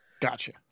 gotcha